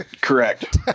Correct